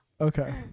Okay